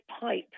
pipe